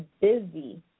busy